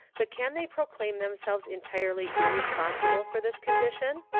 but can they proclaim themselves entirely irresponsible for this condition?